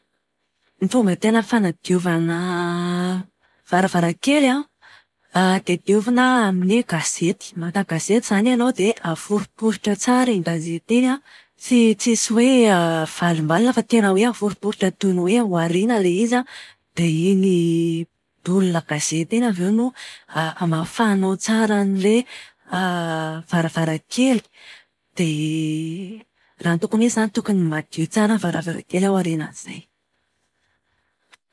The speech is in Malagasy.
Ny fomba tena fanadiovana varavarankely an, dia diovina amin'ny gazety. Makan gazety izany ianao dia aforiporitra tsara iny gazety iny an, tsisy hoe avalombalona fa tena aforiporitra toy ny hoe ho ariana ilay izy an. Dia iny bolina gazety no hamafanao tsara ny varavarankely. Dia raha ny tokony ho izy izany tokony madio tsara ny varavarankely aorianan'izay.